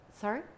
Sorry